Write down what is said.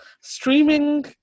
streaming